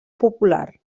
popular